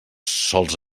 sols